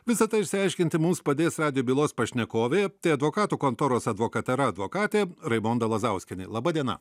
visa tai išsiaiškinti mums padės radijo bylos pašnekovė tai advokatų kontoros advokatera advokatė raimonda lazauskienė laba diena